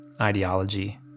ideology